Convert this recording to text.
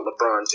LeBron